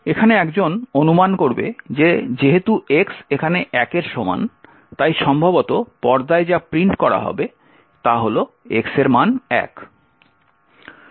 সুতরাং একজন অনুমান করবে যে যেহেতু x এখানে 1 এর সমান তাই সম্ভবত পর্দায় যা প্রিন্ট করা হবে তা হল x এর মান 1